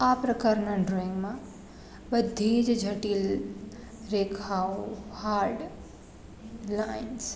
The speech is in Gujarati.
આ પ્રકારના ડ્રોઇંગમાં બધી જ જટિલ રેખાઓ હાર્ડ લાઇન્સ